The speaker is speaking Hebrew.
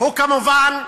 הוא, כמובן,